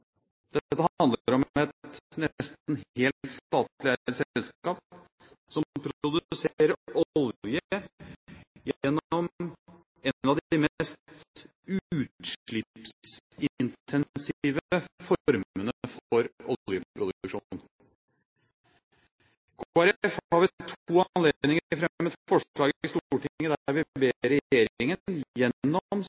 Dette handler om et nesten helt statlig eid selskap som produserer olje gjennom en av de mest utslippsintensive formene for oljeproduksjon. Kristelig Folkeparti har ved to anledninger fremmet forslag i Stortinget der vi